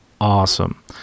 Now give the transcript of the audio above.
awesome